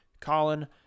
Colin